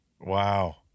Wow